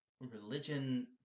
religion